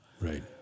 Right